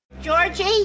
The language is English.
Georgie